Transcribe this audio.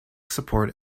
support